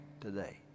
today